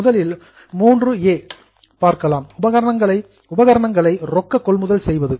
முதலில் 3 ஏ ஐ பார்க்கலாம் உபகரணங்களை ரொக்க கொள்முதல் செய்வது